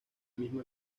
misma